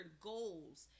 goals